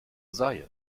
sei